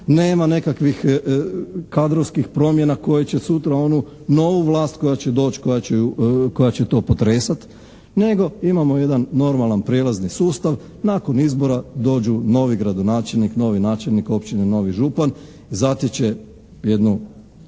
nema nekakvih kadrovskih promjena koje će sutra onu novu vlast koja će doći, koja će to potresati nego imamo jedan normalan prijelazan sustav. Nakon izbora dođu novi gradonačelnik, novi načelnik općine, novi župan, zateći će jednu